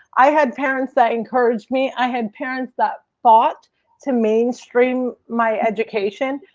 i had parents that encouraged me. i had parents that fought to mainstream my education.